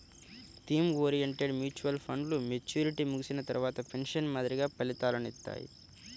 theme oriented mutual ఫండ్లు maturity ముగిసిన తర్వాత పెన్షన్ మాదిరిగా ఫలితాలనిత్తాయి